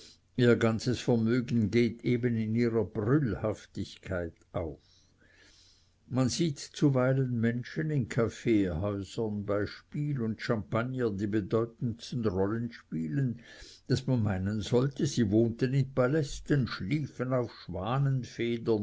ihr ganzes vermögen geht eben in ihrer brüllhaftigkeit auf man sieht zuweilen menschen in kaffeehäusern bei spiel und champagner die bedeutendsten rollen spielen daß man meinen sollte sie wohnten in palästen schliefen auf